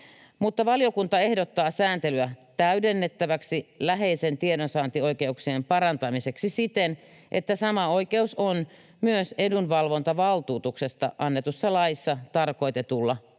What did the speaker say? valiokunta ehdottaa sääntelyä täydennettäväksi läheisen tiedonsaantioikeuksien parantamiseksi siten, että sama oikeus on myös edunvalvontavaltuutuksesta annetussa laissa tarkoitetulla